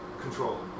control